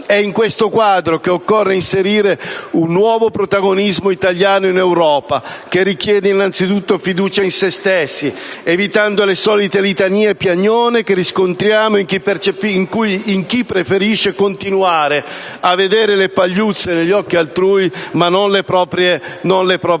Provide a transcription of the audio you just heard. È in questo quadro che occorre inserire un nuovo protagonismo italiano in Europa, che richiede innanzitutto fiducia in se stessi, evitando le solite litanie piagnone che riscontriamo in chi preferisce continuare a vedere le pagliuzze negli occhi altrui ma non le travi nei